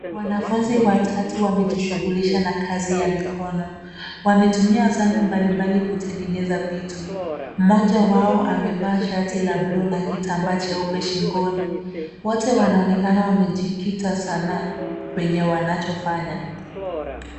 Wanafunzi watatu wamejishughulisha na kazi ya mikono. Wametumia zana mbalimbali kutengeneza vitu. Mmoja wao amevaa shati la buluu na kitambaa cheupe shingoni. Wote wanaonekana wamejikita sana kwenye wanachofanya.